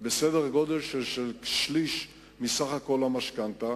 בסדר-גודל של שליש מסך כל המשכנתה.